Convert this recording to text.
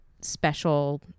special